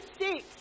six